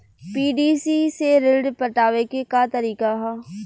PDC से ऋण पटावे के का तरीका ह?